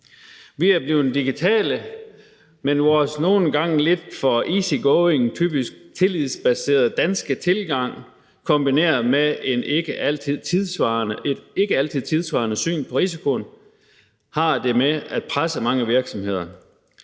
Vi er blevet digitale, men vores nogle gange lidt for easygoing, typisk tillidsbaserede danske tilgang, kombineret med et ikke altid tidssvarende syn på risikoen, har det med at presse mange virksomheder.